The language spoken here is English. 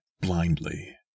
blindly